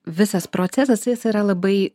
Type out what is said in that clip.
visas procesas jis yra labai